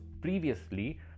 previously